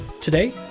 Today